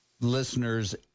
listeners